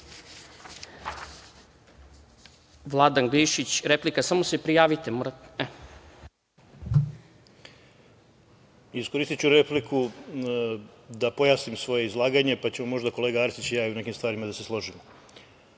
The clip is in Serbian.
Vladan Glišić, replika. **Vladan Glišić** Iskoristiću repliku da pojasnim svoje izlaganje, pa ćemo možda kolega Arsić i ja u nekim stvarima da se složimo. Kada